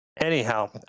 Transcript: Anyhow